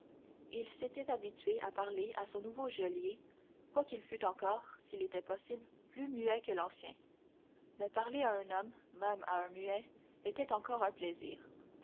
il s'était habitué à parler à son nouveau geôlier quoiqu'il fût encore s'il était possible plus muet que l'ancien mais parler à un homme même à un muet était encore un plaisir